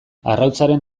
arrautzaren